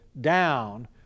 down